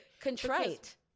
Contrite